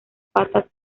patas